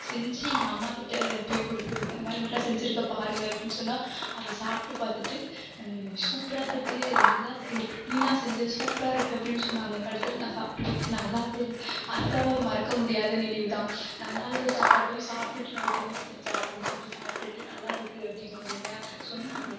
செஞ்சு எங்க அம்மாக்கிட்ட போயி கொடுத்ததுக்கு அம்மா இதுமாதிரி நான் செஞ்சுருக்கேன் பாருங்கள் அப்படின்னு சொன்னால் அதை சாப்பிட்டு பார்த்துட்டு சூப்பராக இருக்குது நல்லா இருக்குது எப்படி நீயா செஞ்சே சூப்பராக இருக்குது அப்படின்னு சொன்னாங்க கடைசியில் நான் சாப்பிட்டு பார்த்து நல்லாவே இல்லை அதெல்லாம் ஒரு மறக்க முடியாத நினைவு தான் நல்லா இல்லாத சாப்பாட்டையும் சாப்பிட்டுட்டு நம்ம பொண்ணு செஞ்சாள் அப்படின்னு சொல்லிட்டு சாப்பிட்டுட்டு நல்லா இருக்குது அப்படிங்குவாங்க இல்லையா சொன்னாங்க